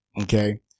Okay